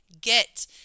get